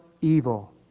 evil